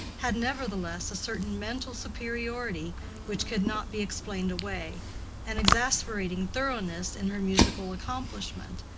had nevertheless a certain mental superiority which could not be explained away an exasperating thoroughness in her musical accomplishment,